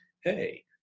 hey